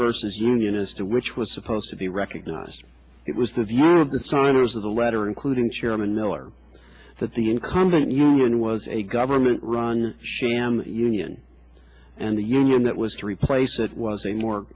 versus union as to which was supposed to be recognized it was the view of the signers of the letter including chairman miller that the incumbent union was a government run sham union and the union that was to replace it was a more